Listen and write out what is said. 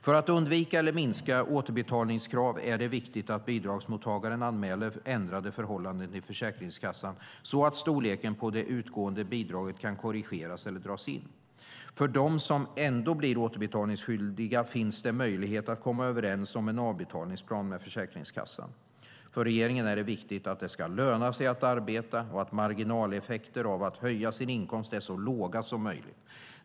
För att undvika eller minska återbetalningskrav är det viktigt att bidragsmottagaren anmäler ändrade förhållanden till Försäkringskassan så att storleken på det utgående bidraget kan korrigeras eller så att bidraget kan dras in. För de som ändå blir återbetalningsskyldiga finns det möjlighet att komma överens om en avbetalningsplan med Försäkringskassan. För regeringen är det viktigt att det ska löna sig att arbeta och att marginaleffekter av att höja sin inkomst är så låga som möjligt.